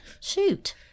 Shoot